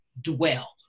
dwell